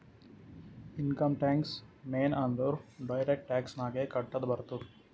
income tax ಮೇನ್ ಅಂದುರ್ direct tax ನಾಗೆ ಕಟ್ಟದ್ ಬರ್ತುದ್